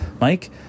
Mike